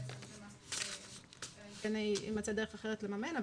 אלא אם כן תימצא דרך אחרת לממן.